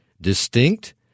distinct